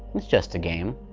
it's just a game!